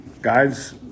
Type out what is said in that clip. Guys